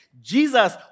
Jesus